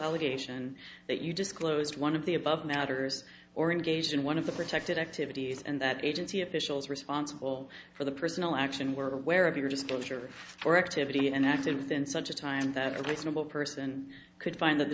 allegation that you just closed one of the above matters or engaged in one of the protected activities and that agency officials responsible for the personal action were aware of your just going for activity and acted within such a time that a reasonable person could find that the